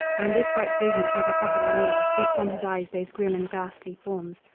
and this bright vision ever hovering near hid from his eyes those grim and ghastly forms,